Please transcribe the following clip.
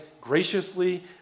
graciously